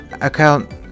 account